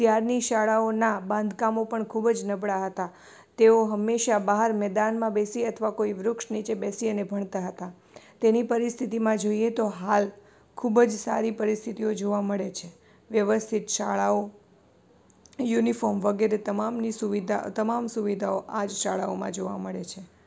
ત્યારની શાળાઓનાં બાંધકામો પણ ખૂબ જ નબળાં હતાં તેઓ હંમેશા બહાર મેદાનમાં બેસી અથવા કોઇ વૃક્ષ નીચે બેસી અને ભણતા હતા તેની પરિસ્થિતિમાં જોઇએ તો હાલ ખૂબ જ સારી પરિસ્થિતિઓ જોવા મળે છે વ્યવસ્થિત શાળાઓ યુનિફોર્મ વગેરે તમામની સુવિધા તમામ સુવિધાઓ આજ શાળાઓમાં જોવા મળે છે